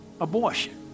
abortion